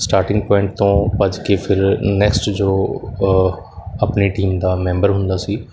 starting point ਤੋਂ ਭੱਜ ਕੇ ਫਿਰ ਨੈਕਸਟ ਜੋ ਆਪਣੀ ਟੀਮ ਦਾ ਮੈਂਬਰ ਹੁੰਦਾ ਸੀ